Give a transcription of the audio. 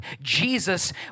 Jesus